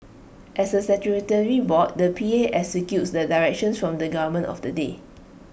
as A statutory board the P A executes the directions from the government of the day